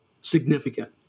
significant